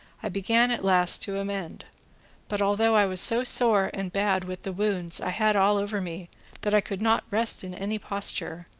i began at last to amend but, although i was so sore and bad with the wounds i had all over me that i could not rest in any posture,